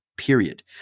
period